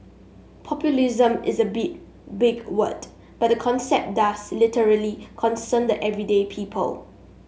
populism is a big big word but the concept does literally concern the everyday people